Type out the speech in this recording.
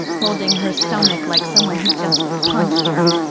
holding her stomach like someone had just punched her.